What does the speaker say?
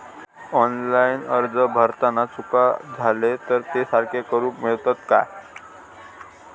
Online अर्ज भरताना चुका जाले तर ते सारके करुक मेळतत काय?